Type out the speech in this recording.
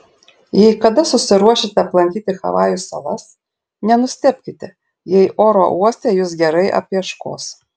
jei kada susiruošite aplankyti havajų salas nenustebkite jei oro uoste jus gerai apieškos